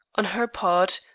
on her part,